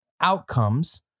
outcomes